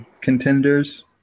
contenders